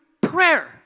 prayer